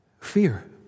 Fear